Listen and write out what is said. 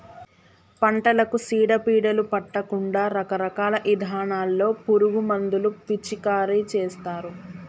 పంటలకు సీడ పీడలు పట్టకుండా రకరకాల ఇథానాల్లో పురుగు మందులు పిచికారీ చేస్తారు